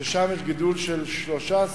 ששם יש גידול של 13.7%;